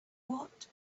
what